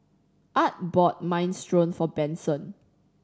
Art bought Minestrone for Benson